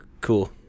Cool